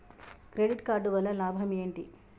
Credit card వల్ల లాభం ఏంటి?